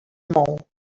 mou